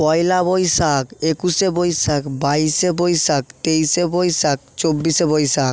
পয়লা বৈশাখ একুশে বৈশাখ বাইশে বৈশাখ তেইশে বৈশাখ চব্বিশে বৈশাখ